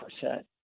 percent